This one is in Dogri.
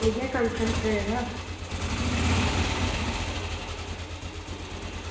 उ'ऐ कम्म शम्म सबेरे दा